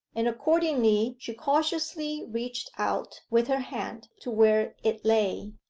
and accordingly she cautiously reached out with her hand to where it lay.